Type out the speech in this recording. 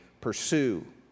pursue